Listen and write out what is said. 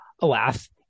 alas